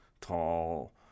tall